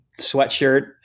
sweatshirt